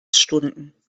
stunden